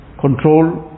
control